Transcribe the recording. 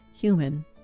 human